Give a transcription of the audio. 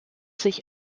sich